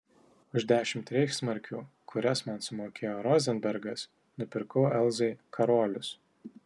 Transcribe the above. už dešimt reichsmarkių kurias man sumokėjo rozenbergas nupirkau elzai karolius